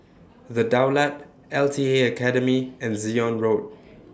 The Daulat L T A Academy and Zion Road